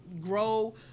grow